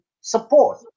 support